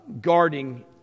guarding